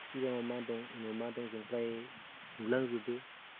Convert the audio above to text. सिगाङाव मा दं उनाव मा दं जों फ्राय नुलांजोबो